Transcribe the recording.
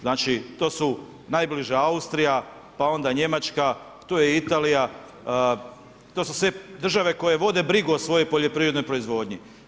Znači to su najbliža Austrija, pa onda Njemačka, tu je i Italija to su sve države koje vode brigu o svojoj poljoprivrednoj proizvodnji.